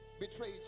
betrayed